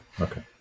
Okay